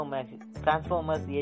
Transformers